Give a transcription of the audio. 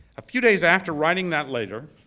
a few days after writing that letter,